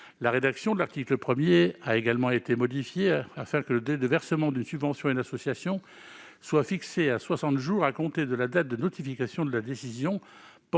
La rédaction de l'article 1 a également été modifiée afin que le délai de versement d'une subvention à une association soit « fixé à soixante jours à compter de la date de la notification de la décision